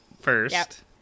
first